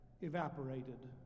evaporated